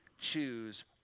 choose